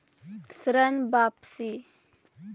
ऋण वापसी?